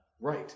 Right